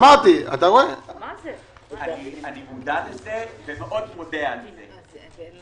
אני מודע לזה, ומאוד מודה על זה.